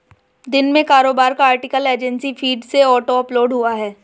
दिन में कारोबार का आर्टिकल एजेंसी फीड से ऑटो अपलोड हुआ है